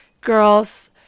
Girls